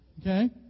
Okay